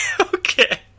Okay